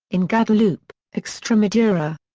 in guadalupe, extremadura.